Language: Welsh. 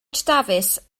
dafis